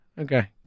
Okay